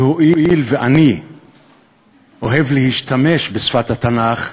והואיל ואני אוהב להשתמש בשפת התנ"ך,